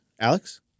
Alex